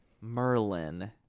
Merlin